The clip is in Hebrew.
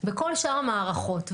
בכל שאר המערכות.